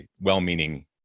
well-meaning